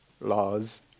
laws